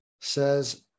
says